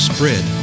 Spread